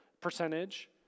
percentage